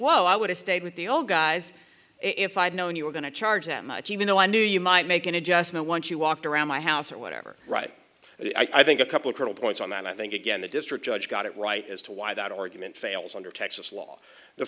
whoa i would have stayed with the old guys if i had known you were going to charge that much even though i knew you might make an adjustment once you walked around my house or whatever right i think a couple colonel points on that i think again the district judge got it right as to why that argument fails under texas law the